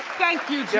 thank you,